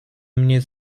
mnie